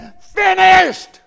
finished